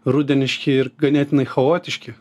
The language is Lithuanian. rudeniški ir ganėtinai chaotiški